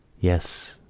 yes,